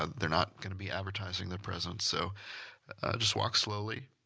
they're not going to be advertising their presence so just walk slowly,